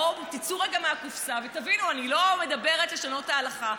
בואו תצאו רגע מהקופסה ותבינו: אני לא מדברת על לשנות את ההלכה,